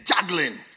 juggling